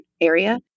area